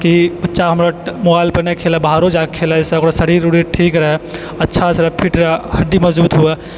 बच्चा हमरा मोबाइलपर नहि खेलै बाहरो जाकऽ खेलै सब शरीर उरीर ठीक रहै अच्छासँ रहै फिट रहै हड्डी मजबूत होअए